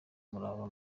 umurava